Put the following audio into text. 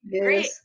Great